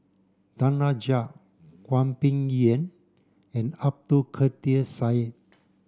Danaraj Hwang Peng Yuan and Abdul Kadir Syed